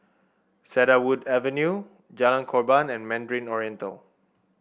Cedarwood Avenue Jalan Korban and Mandarin Oriental